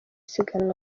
siganwa